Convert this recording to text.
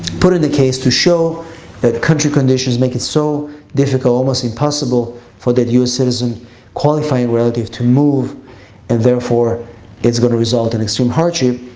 put it in the case to show that country conditions make it so difficult, almost impossible for that u s. citizen qualifying relative to move and therefore it's going to result in extreme hardship.